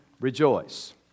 Rejoice